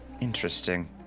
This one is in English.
Interesting